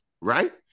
Right